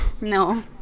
No